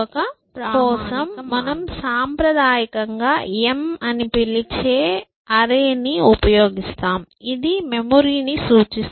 S A T కోసం మనం సాంప్రదాయకంగా M అని పిలిచే అరె ని ఉపయోగిస్తాం ఇది మెమరీని సూచిస్తుంది